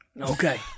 okay